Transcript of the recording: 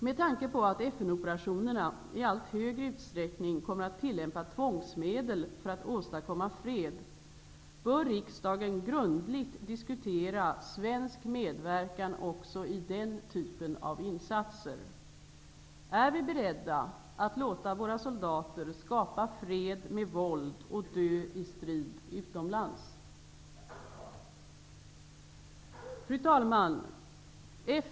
Med tanke på att FN-operationerna i allt större utsträckning kommer att tillämpa tvångsmedel för att åstadkomma fred bör riksdagen grundligt diskutera svensk medverkan också i den typen av insatser. Är vi beredda att låta våra soldater skapa fred med våld och dö i strid utomlands? Fru talman!